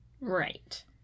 Right